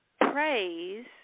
praise